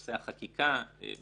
נושא החקיקה ובכלל